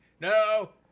No